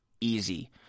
easy